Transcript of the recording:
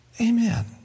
Amen